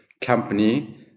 company